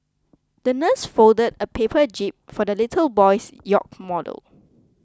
the nurse folded a paper jib for the little boy's yacht model